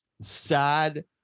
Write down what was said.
sad